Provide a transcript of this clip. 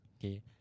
Okay